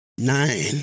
Nine